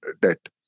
debt